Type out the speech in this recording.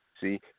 See